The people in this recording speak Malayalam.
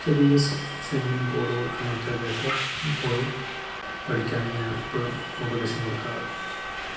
ചെറിയ സ്വി സ്വിമ്മിംഗ് പൂള് അങ്ങനത്തേതിലൊക്കെ പോയി പഠിക്കാൻ ഞാൻ എപ്പോഴും ഉപദേശം കൊടുക്കാറ്